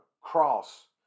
cross